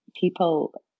people